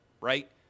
right